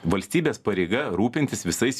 valstybės pareiga rūpintis visais